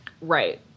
Right